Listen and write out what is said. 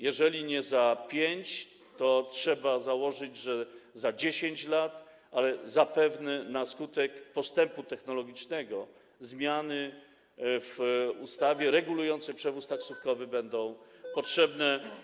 Jeżeli nie za 5 lat, to trzeba założyć, że za 10 lat, ale zapewne na skutek postępu technologicznego zmiany w ustawie regulującej przewóz taksówkowy będą potrzebne.